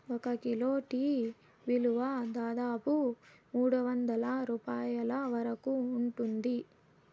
ఒక kilo tea విలువ దాదాపు మూడువందల రూపాయల వరకు ఉంటుంది